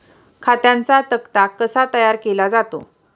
खात्यांचा तक्ता कसा तयार केला जातो?